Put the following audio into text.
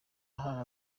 hari